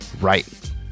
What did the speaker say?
right